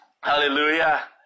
Hallelujah